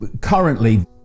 currently